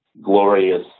glorious